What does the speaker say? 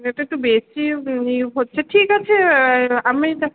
একটু বেশিই হচ্ছে ঠিক আছে আমি তা